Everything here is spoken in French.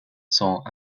sont